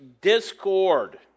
discord